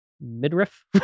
midriff